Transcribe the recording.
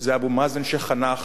זה אבו מאזן שחנך